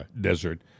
Desert